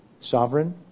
Sovereign